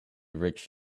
rich